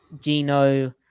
Gino